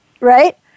Right